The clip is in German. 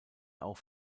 auch